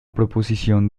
proposición